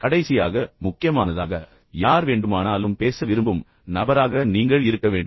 கடைசியாக முக்கியமானதாக யார் வேண்டுமானாலும் பேச விரும்பும் நபராக நீங்கள் இருக்க வேண்டும்